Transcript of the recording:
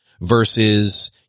versus